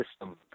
system